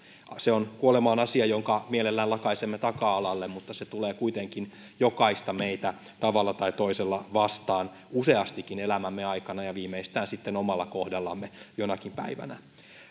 kuolema on asia jonka mielellämme lakaisemme taka alalle mutta se tulee kuitenkin jokaista meitä tavalla tai toisella vastaan useastikin elämämme aikana ja viimeistään sitten omalla kohdallamme jonakin päivänä